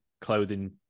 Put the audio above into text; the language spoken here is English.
clothing